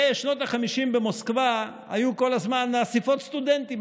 בשנות החמישים במוסקבה היו כל הזמן אספות סטודנטים,